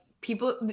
people